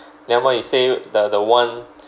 nevermind you say the the one